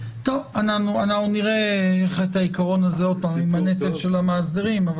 אנחנו נראה את העיקרון הזה עם הנטל של המאסדרים.